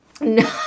No